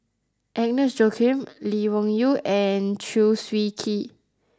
Agnes Joaquim Lee Wung Yew and Chew Swee Kee